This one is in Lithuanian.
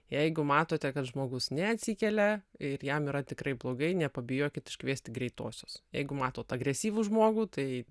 jeigu matote kad žmogus neatsikelia ir jam yra tikrai blogai nepabijokit iškviesti greitosios jeigu matot agresyvų žmogų tai